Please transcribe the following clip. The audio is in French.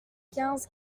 quinze